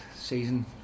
season